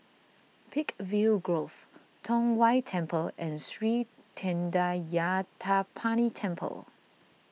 Peakville Grove Tong Whye Temple and Sri thendayuthapani Temple